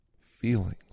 feelings